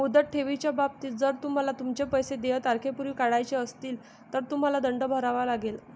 मुदत ठेवीच्या बाबतीत, जर तुम्हाला तुमचे पैसे देय तारखेपूर्वी काढायचे असतील, तर तुम्हाला दंड भरावा लागेल